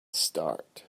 start